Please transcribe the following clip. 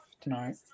tonight